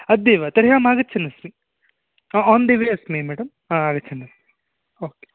अद्यैव तर्हि अहमागच्छन्नस्मि ओन् दि वे अस्मि मेडं आगच्छन्नस्मि ओ के